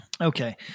Okay